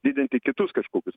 didinti kitus kažkokius